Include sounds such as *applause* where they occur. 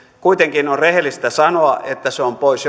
kuitenkin on rehellistä sanoa että joko se on pois *unintelligible*